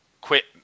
quit